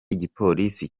igipolisi